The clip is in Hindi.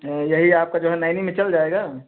यही आपका जो है नैनी में चल जाएगा